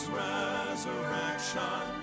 resurrection